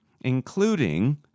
including